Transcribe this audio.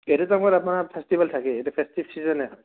এইটো টাইমত আপোনাৰ ফেষ্টিভেল থাকেই এইটো ফেষ্টিভ চিজনে হয়